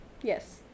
Yes